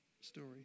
story